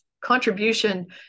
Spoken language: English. contribution